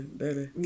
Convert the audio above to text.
baby